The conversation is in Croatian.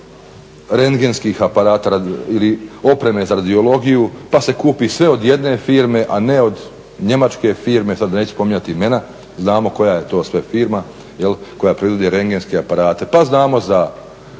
rendgenskih aparata ili opreme za radiologiju pa se kupi sve od jedne firme, a ne od njemačke firme, sad neću spominjati imena znamo koja je to sve firma jel koja proizvodi rendgenske aparate. Pa znamo da